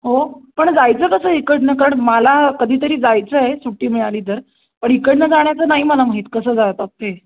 हो पण जायचं कसं इकडनं कारण मला कधीतरी जायचं आहे सुट्टी मिळाली तर पण इकडनं जाण्याचं नाही मला माहीत कसं जातात ते